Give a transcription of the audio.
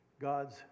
God's